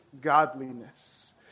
godliness